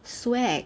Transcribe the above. swag